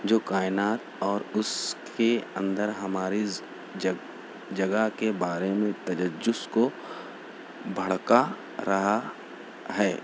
جو کائنات اور اس کے اندر ہماری جگ جگہ کے بارے میں تجسس کو بھڑکا رہا ہے